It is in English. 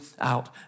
out